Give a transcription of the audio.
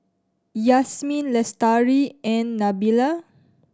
Yasmin Lestari and Nabila